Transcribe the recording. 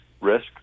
risk